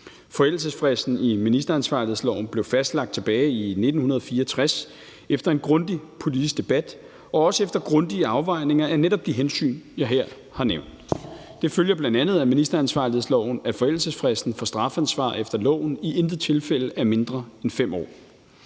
Forældelsesfristen i ministeransvarlighedsloven blev fastlagt tilbage i 1964 efter en grundig politisk debat og også efter grundige afvejninger af netop de hensyn, jeg her har nævnt. Det følger bl.a. af ministeransvarlighedsloven, at forældelsesfristen for strafansvar efter loven i intet tilfælde er mindre end 5 år.